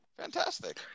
Fantastic